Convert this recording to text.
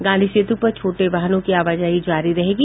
गांधी सेतु पर छोटे वाहनों की आवाजाही जारी रहेगी